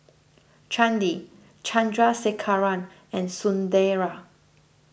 Chandi Chandrasekaran and Sunderlal